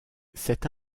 cette